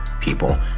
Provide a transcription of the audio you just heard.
people